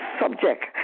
subject